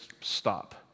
stop